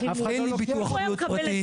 אין לי ביטוח בריאות פרטי,